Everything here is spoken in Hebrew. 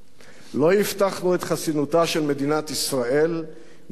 לא הבטחנו את חסינותה של מדינת ישראל מהישנותו,